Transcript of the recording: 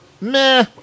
meh